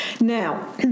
Now